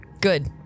Good